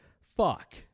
fuck